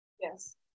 Yes